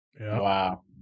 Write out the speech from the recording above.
Wow